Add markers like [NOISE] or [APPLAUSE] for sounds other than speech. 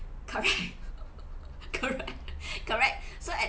correct [LAUGHS] correct [LAUGHS] correct so at